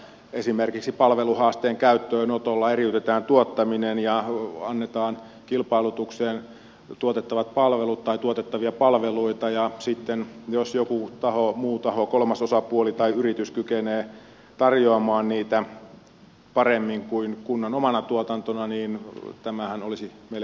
esimerkiksi palveluhaasteen käyttöönotolla eriytetään tuottaminen ja annetaan kilpailutukseen tuotettavia palveluita ja sitten jos joku muu taho kolmas osapuoli tai yritys kykenee tarjoamaan niitä paremmin kuin kunnan omana tuotantona niin tämähän olisi meille kaikille hyväksi